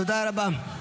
תודה רבה.